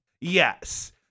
Yes